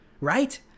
right